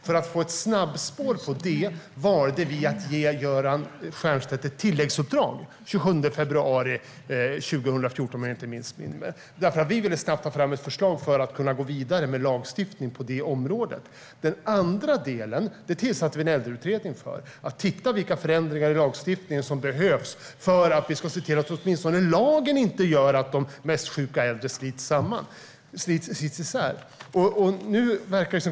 För att få ett snabbspår för det valde vi att ge Göran Stiernstedt ett tilläggsuppdrag, den 27 februari 2014 - om jag inte missminner mig. Vi ville nämligen snabbt ta fram ett förslag för att kunna gå vidare med lagstiftning på det området. För den andra delen tillsatte vi Äldreutredningen. Den skulle titta på vilka förändringar i lagstiftningen som behövs göras för att åtminstone inte lagen gör så att de mest sjuka äldre slits isär.